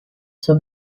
suo